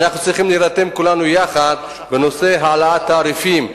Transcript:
אנחנו צריכים להירתם כולנו יחד לטפל בנושא העלאת התעריפים,